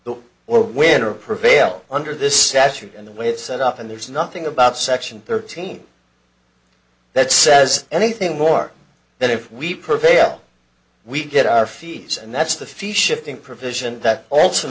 or win or prevail under this statute and the way it's set up and there's nothing about section thirteen that says anything more than if we prepare we get our fees and that's the few shifting provision that also